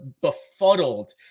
befuddled